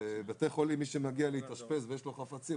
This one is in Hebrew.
בבתי חולים מי שמגיע להתאשפז ויש לו חפצים,